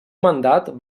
mandat